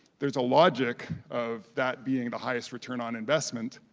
there's a logic of that being the highest return on investment,